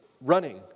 Running